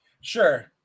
Sure